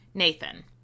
Nathan